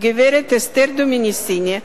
והגברת אסתר דומיניסיני,